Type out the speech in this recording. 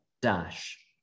dash